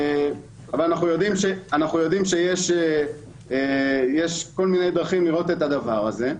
אבל אנחנו יודעים שיש כל מיני דרכים לראות את הדבר הזה.